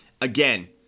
again